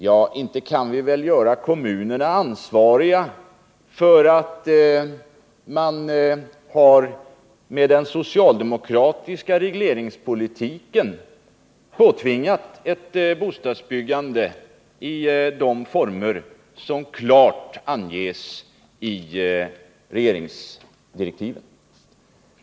Men inte kan vi väl göra kommunerna ansvariga för att den socialdemokratiska regleringspolitiken påtvingat dem ett bostadsbyggande i de former som klart anges i direktiv.